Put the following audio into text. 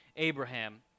Abraham